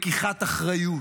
לקיחת אחריות.